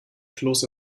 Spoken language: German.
kloß